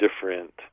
different